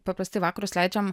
paprastai vakarus leidžiam